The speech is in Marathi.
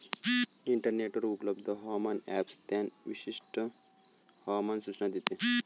इंटरनेटवर उपलब्ध हवामान ॲप स्थान विशिष्ट हवामान सूचना देते